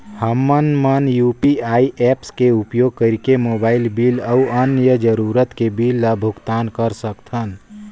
हमन मन UPI apps के उपयोग करिके मोबाइल बिल अऊ अन्य जरूरत के बिल ल भुगतान कर सकथन